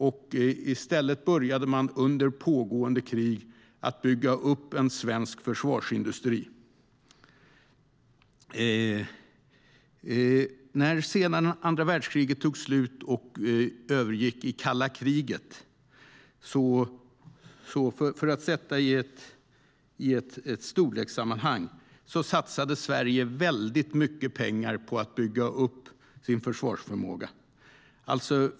I stället började man under pågående krig att bygga upp en svensk försvarsindustri. När andra världskriget tog slut och övergick i kalla kriget satsade Sverige väldigt mycket pengar på att bygga upp sin försvarsförmåga.